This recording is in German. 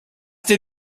dir